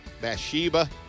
Bathsheba